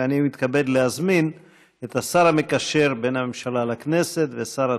ואני מתכבד להזמין את השר המקשר בין הממשלה לכנסת ושר התיירות,